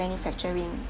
manufacturing